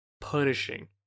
punishing